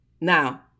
Now